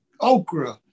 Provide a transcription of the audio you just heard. okra